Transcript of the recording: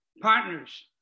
partners